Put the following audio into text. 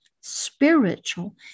spiritual